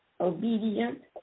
obedient